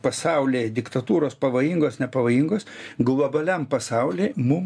pasaulyje diktatūros pavojingos nepavojingos globaliam pasauly mum